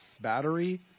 battery